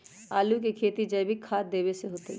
आलु के खेती जैविक खाध देवे से होतई?